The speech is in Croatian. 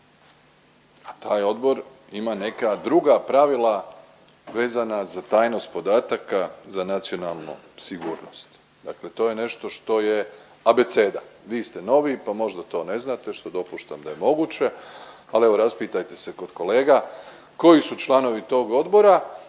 a taj odbor ima neka druga pravila vezana za tajnost podataka za nacionalnu sigurnost. Dakle, to je nešto što je abeceda, vi ste novi pa možda to ne znate što dopuštam da je moguće, ali evo raspitajte se kod kolega koji su članovi tog odbora